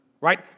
right